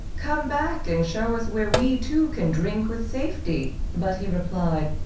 come back and show us where we too can drink with safety. but he replied,